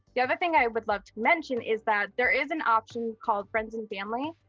the other thing i would love to mention is that there is an option called friends and family,